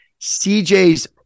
CJ's